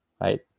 right